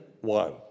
one